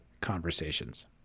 conversations